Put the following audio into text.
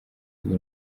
kuri